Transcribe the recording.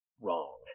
wrong